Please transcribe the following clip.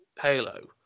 Halo